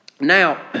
Now